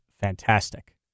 fantastic